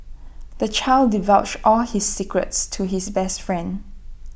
the child divulged all his secrets to his best friend